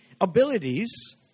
abilities